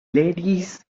ladies